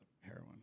heroin